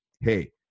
Hey